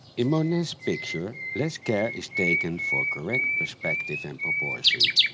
in monet's picture less care is takenfor correct perspective and proportion.